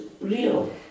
real